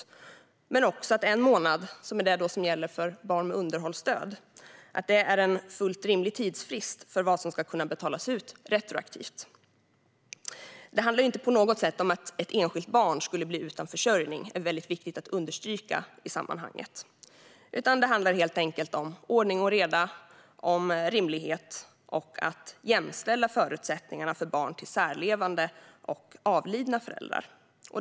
Vi anser också att en månad, som är det som gäller för barn med underhållsstöd, är en fullt rimlig tidsfrist för vad som ska kunna betalas ut retroaktivt. Det handlar inte på något sätt om att ett enskilt barn skulle bli utan försörjning, vilket är viktigt att understryka i sammanhanget, utan det handlar helt enkelt om ordning och reda, om rimlighet och om att jämställa förutsättningarna för barn till särlevande föräldrar och barn till avlidna föräldrar.